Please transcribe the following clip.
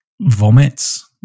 vomits